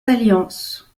alliance